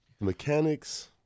Mechanics